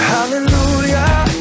Hallelujah